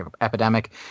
epidemic